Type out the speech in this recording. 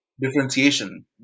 Differentiation